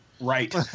Right